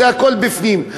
הכול בפנים.